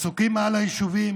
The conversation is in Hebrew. עסוקים, על היישובים,